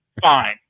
Fine